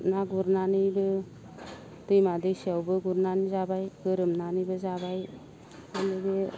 ना गुरनानैबो दैमा दैसायावबो गुरनानै जाबाय गोरोमनानैबो जाबाय खालि बे